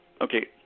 Okay